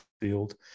field